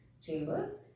chambers